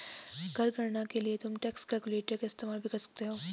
कर गणना के लिए तुम टैक्स कैलकुलेटर का इस्तेमाल भी कर सकते हो